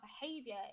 behavior